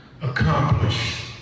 accomplish